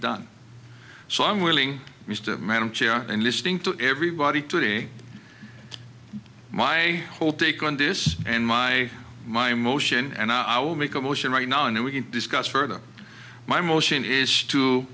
done so i'm willing to madam chair and listening to everybody today my whole take on this and my my emotion and i will make a motion right now and we can discuss further my motion is